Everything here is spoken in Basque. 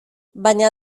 baina